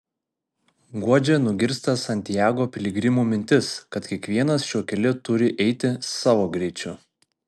guodžia nugirsta santiago piligrimų mintis kad kiekvienas šiuo keliu turi eiti savo greičiu